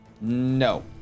No